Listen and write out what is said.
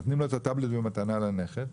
נותנים לו את הטאבלט במתנה לנכד.